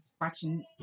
Watching